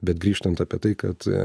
bet grįžtant apie tai kad